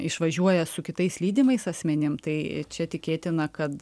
išvažiuoja su kitais lydimais asmenim tai čia tikėtina kad